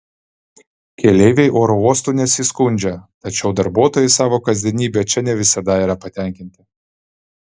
keleiviai oro uostu nesiskundžia tačiau darbuotojai savo kasdienybe čia ne visada yra patenkinti